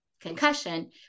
concussion